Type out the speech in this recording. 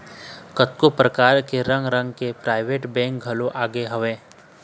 कतको परकार के रंग रंग के पराइवेंट बेंक घलोक आगे हवय